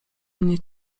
mnie